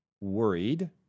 worried